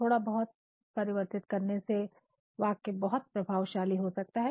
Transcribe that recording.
थोड़ा बहुत परिवर्तित करने से वाक्य बहुत प्रभावशाली हो सकता है